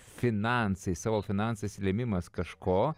finansais savo finansais lėmimas kažko